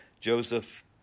Joseph